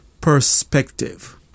perspective